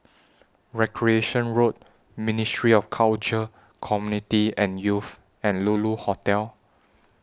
Recreation Road Ministry of Culture Community and Youth and Lulu Hotel